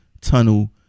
tunnel